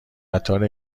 قطار